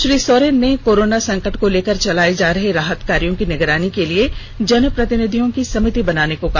श्री सोरेन ने कोरोना संकट को लेकर चलाये जा रहे राहत कार्यों की निगरानी के लिए जन प्रतिनिधियों की समिति बनाने को कहा